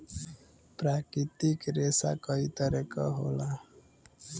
प्राकृतिक रेसा कई तरे क होला